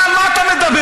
אתה, מה אתה מדבר?